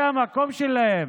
זה המקום שלהם,